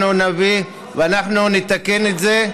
אנחנו נתקן את זה.